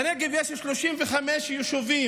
בנגב יש 35 יישובים,